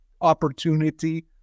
opportunity